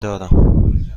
دارم